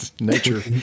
Nature